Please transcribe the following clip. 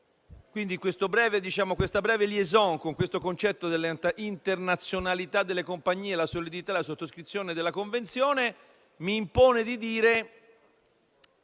compagnia. La breve *liaison* con il concetto dell'internazionalità delle compagnie, la solidità e la sottoscrizione della convenzione mi impone di dire: